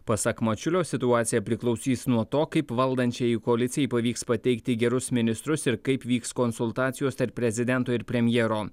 pasak mačiulio situacija priklausys nuo to kaip valdančiajai koalicijai pavyks pateikti gerus ministrus ir kaip vyks konsultacijos tarp prezidento ir premjero